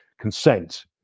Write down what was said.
consent